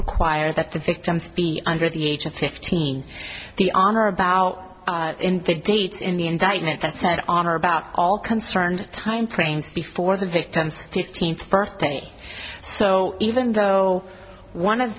require that the victims be under the age of fifteen the armor about the dates in the indictment that said on or about all concerned time frames before the victim's fifteenth birthday so even though one of